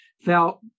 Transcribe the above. felt